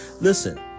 Listen